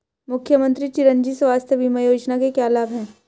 मुख्यमंत्री चिरंजी स्वास्थ्य बीमा योजना के क्या लाभ हैं?